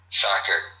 soccer